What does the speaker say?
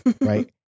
right